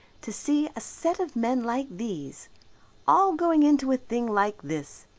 to see a set of men like these all going into a thing like this,